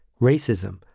racism